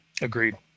Agreed